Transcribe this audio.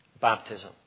baptism